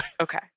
okay